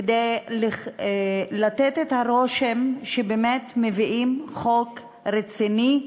כדי לתת את הרושם שבאמת מביאים חוק רציני,